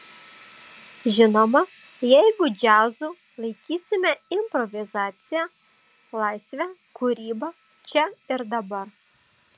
žinoma jeigu džiazu laikysime improvizaciją laisvę kūrybą čia ir dabar